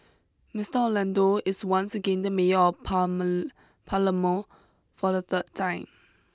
Mister Orlando is once again the mayor of pami Palermo for the third time